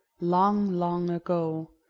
long, long ago,